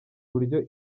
buryo